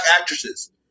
actresses